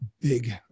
big